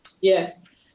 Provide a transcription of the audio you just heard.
Yes